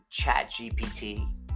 ChatGPT